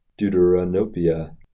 deuteranopia